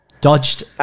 dodged